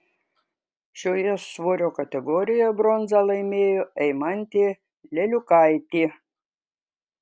šioje svorio kategorijoje bronzą laimėjo eimantė leliukaitė